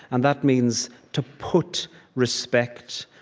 and that means to put respect,